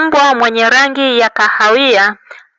Mbwa mwenye rangi ya kahawia,